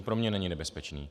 Pro mě není nebezpečný.